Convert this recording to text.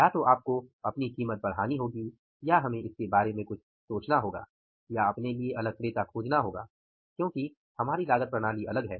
या तो आपको कीमत बढ़ानी होगी या हमें इसके बारे में कुछ सोचना होगा या अपने लिए अलग क्रेता खोजना होगा क्योंकि हमारी लागत प्रणाली अलग है